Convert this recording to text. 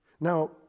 Now